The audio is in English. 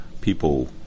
people